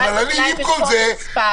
אמרתי אולי במקום שנאמר מספר, נאמר אחוז.